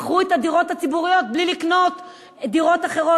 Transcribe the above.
מכרו את הדירות הציבוריות בלי לקנות דירות אחרות.